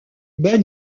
bas